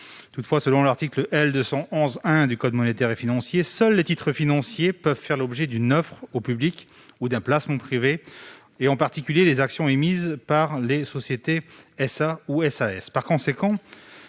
termes de l'article L. 211-1 du code monétaire et financier, seuls les titres financiers peuvent faire l'objet d'une offre au public ou d'un placement privé, en particulier les actions émises par les SA ou SAS. Par conséquent,